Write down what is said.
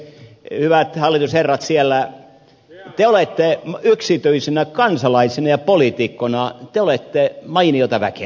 hyvät hallitusherrat siellä te olette yksityisinä kansalaisina ja poliitikkoina mainiota väkeä